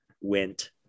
went